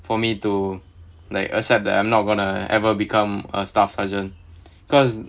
for me to like accept that I'm not gonna ever become a staff sergeant because